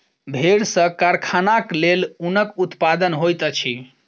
भेड़ सॅ कारखानाक लेल ऊनक उत्पादन होइत अछि